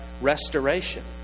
restoration